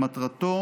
שמטרתו